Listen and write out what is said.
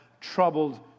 troubled